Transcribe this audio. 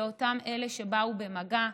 לאותם אלה שבאו במגע.